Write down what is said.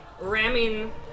ramming